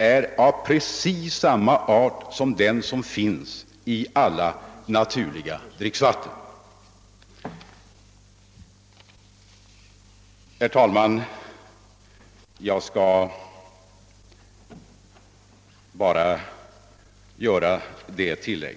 är av precis samma art som den som finns i alla naturliga dricksvatten. Herr talman! Jag vill bara tillägga ännu en sak.